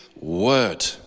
word